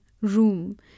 room